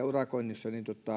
urakoinnissa